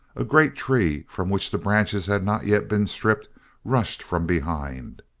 a great tree from which the branches had not yet been stripped rushed from behind.